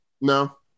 No